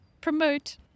promote